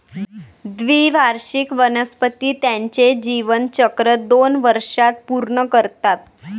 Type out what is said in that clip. द्विवार्षिक वनस्पती त्यांचे जीवनचक्र दोन वर्षांत पूर्ण करतात